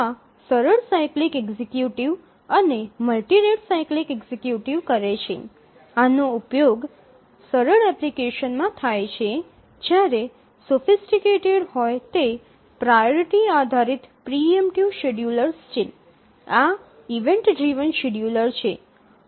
આ સરળ cyclic executive અને મલ્ટિ રેટ સાયક્લિક એક્ઝિક્યુટિવ કરે છે આનો ઉપયોગ સરળ એપ્લિકેશનમાં થાય છે જ્યારે સોફિસટીકટેડ હોય તે પ્રાઓરિટી આધારિત પ્રિ એમ્પટિવ શેડ્યૂલર્સ છે આ ઇવેન્ટ ડ્રિવન શેડ્યુલર છે